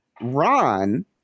Ron